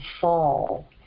fall